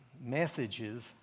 messages